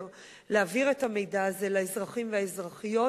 להעביר את המידע הזה לאזרחים והאזרחיות,